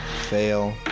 Fail